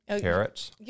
carrots